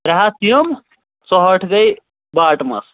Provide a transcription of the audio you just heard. ترٛےٚ ہَتھ یِم ژُہٲٹھ گٔے باٹمَس